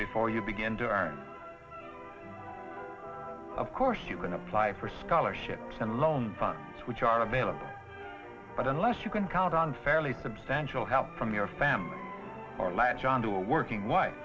before you begin to learn of course you can apply for scholarships and loan fund which are available but unless you can count on fairly substantial help from your family or latch on to a working w